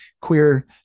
queer